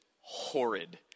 horrid